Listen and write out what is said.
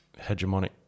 hegemonic